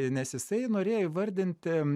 nes jisai norėjo įvardinti